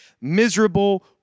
miserable